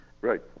Right